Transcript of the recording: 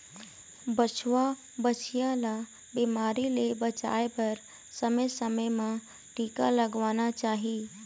बछवा, बछिया ल बिमारी ले बचाए बर समे समे म टीका लगवाना चाही